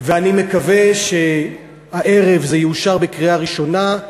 ואני מקווה שהערב זה יאושר בקריאה ראשונה,